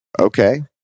Okay